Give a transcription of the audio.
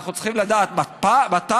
אנחנו צריכים לדעת מתי?